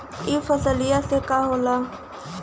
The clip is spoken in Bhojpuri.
ई फसलिया से का होला?